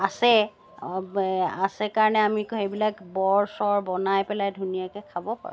আছে আছে কাৰণে আমি সেইবিলাক বৰ চৰ বনাই পেলাই ধুনীয়াকৈ খাব পাৰোঁ